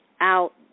out